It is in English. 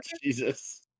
Jesus